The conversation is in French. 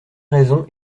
raisons